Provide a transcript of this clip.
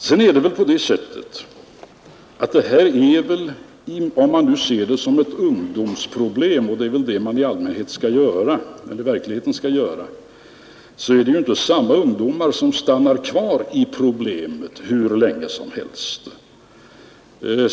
Om man nu ser det här som ett ungdomsproblem, och det är väl vad man i verkligheten skall göra, så bör man betänka att det inte är samma ungdomar som stannar kvar i problemet hur länge som helst.